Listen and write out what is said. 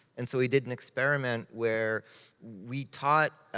and so we did an experiment where we taught